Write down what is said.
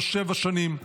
לא שבע שנים,